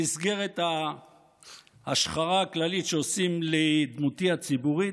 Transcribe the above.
במסגרת ההשחרה הכללית שעושים לדמותי הציבורית,